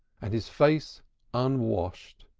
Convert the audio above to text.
and his face unwashed.